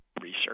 research